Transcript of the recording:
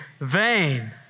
vain